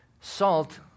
salt